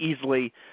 easily